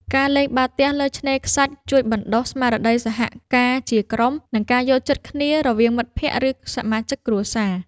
ការលេងបាល់ទះលើឆ្នេរខ្សាច់ជួយបណ្ដុះ ស្មារតីសហការជាក្រុម និងការយល់ចិត្តគ្នារវាងមិត្តភក្តិ ឬសមាជិកគ្រួសារ។